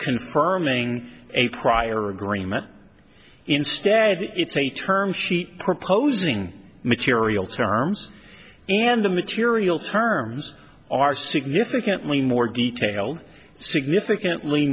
confirming a prior agreement instead it's a term sheet proposing material terms and the material terms are significantly more detail significantly